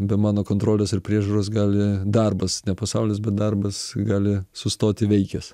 be mano kontrolės ir priežiūros gali darbas ne pasaulis bet darbas gali sustoti veikęs